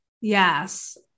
yes